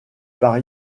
par